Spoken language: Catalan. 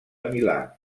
milà